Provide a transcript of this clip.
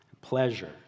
pleasure